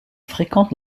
fréquente